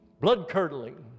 blood-curdling